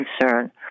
concern